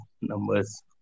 numbers